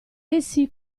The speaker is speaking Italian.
essi